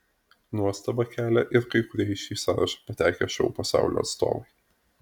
nuostabą kelia ir kai kurie į šį sąrašą patekę šou pasaulio atstovai